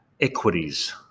Equities